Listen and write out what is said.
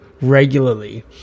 regularly